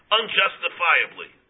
unjustifiably